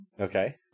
Okay